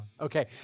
Okay